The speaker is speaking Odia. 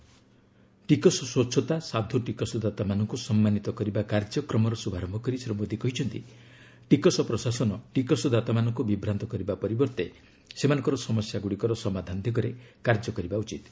'ଟିକସ ସ୍ୱଚ୍ଛତା ସାଧୁ ଟିକସଦାତାମାନଙ୍କୁ ସମ୍ମାନିତ କରିବା' କାର୍ଯ୍ୟକ୍ରମର ଶୁଭାରନ୍ଥ କରି ଶ୍ରୀ ମୋଦୀ କହିଛନ୍ତି ଟିକସ ପ୍ରଶାସନ ଟିକସଦାତାମାନଙ୍କୁ ବିଭ୍ରାନ୍ତ କରିବା ପରିବର୍ତ୍ତେ ସେମାନଙ୍କର ସମସ୍ୟା ଗୁଡ଼ିକର ସମାଧାନ ଦିଗରେ କାର୍ଯ୍ୟ କରିବା ଉଚିତ୍